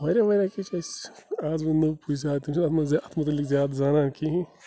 واریاہ واریاہ کیٚنٛہہ چھِ أسۍ آز وۄنۍ نٔو پُے زیادٕ تِم چھِ اَتھ منٛز اَتھ مُتعلق زیادٕ زانان کِہیٖنۍ